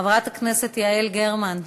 חברת הכנסת יעל גרמן,